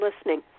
listening